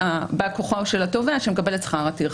ובא כוחו של התובע שמקבל את שכר הטרחה,